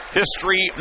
history